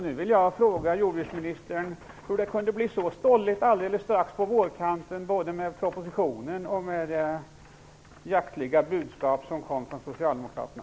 Nu vill jag fråga jordbruksministern hur det kunde bli så stolligt alldeles strax på vårkanten både med propositionen och med det jaktliga budskap som kom från Socialdemokraterna.